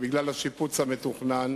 בגלל השיפוץ המתוכנן